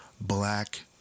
black